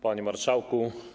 Panie Marszałku!